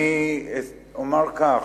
אני אומר כך,